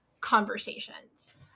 conversations